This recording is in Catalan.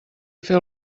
feu